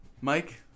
Mike